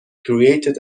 created